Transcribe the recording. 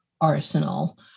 arsenal